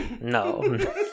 no